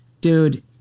Dude